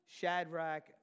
Shadrach